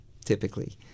typically